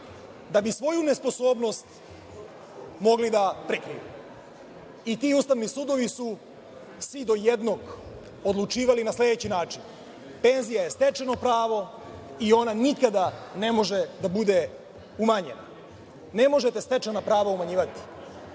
da bi svoju nesposobnost mogli da prikriju. Ti Ustavni sudovi su, svi do jednog, odlučivali na sledeći način – penzija je stečeno pravo i ona nikada ne može da bude umanjena. Ne možete stečena prava umanjivati. Sada